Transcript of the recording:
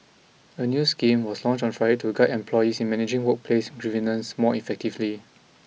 a new scheme was launched on Friday to guide employees in managing workplace more effectively